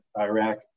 Iraq